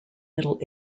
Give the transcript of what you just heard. middle